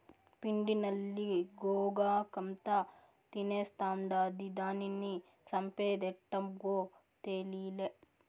పిండి నల్లి గోగాకంతా తినేస్తాండాది, దానిని సంపేదెట్టాగో తేలీలా